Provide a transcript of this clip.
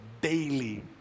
daily